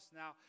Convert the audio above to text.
now